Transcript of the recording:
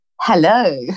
Hello